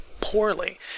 poorly